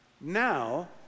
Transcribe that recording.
Now